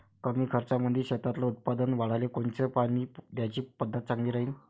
कमी खर्चामंदी शेतातलं उत्पादन वाढाले कोनची पानी द्याची पद्धत चांगली राहीन?